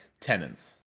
tenants